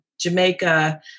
Jamaica